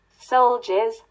soldiers